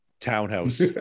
townhouse